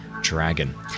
dragon